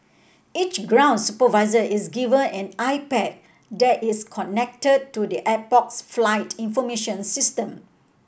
each ground supervisor is given an iPad that is connected to the airport's flight information system